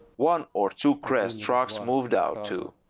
one or two kraz tracks moved out too.